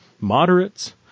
moderates